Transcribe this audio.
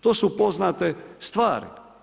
To su poznate stvari.